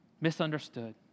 misunderstood